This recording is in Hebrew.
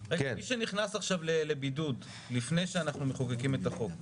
--- מי שנכנס לבידוד לפני שאנחנו מחוקקים את החוק,